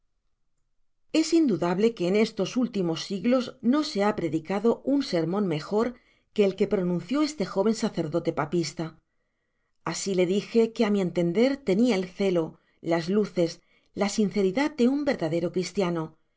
es indudable que en estos últimos siglos no se ha predicado un sermon mejor que el que pronunció este jóven sacerdote papista asi le dije que ámi entender tenia el celo las luces la sinceridad de un verdadero cristiano